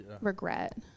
regret